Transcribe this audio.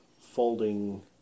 folding